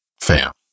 fam